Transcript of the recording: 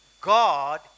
God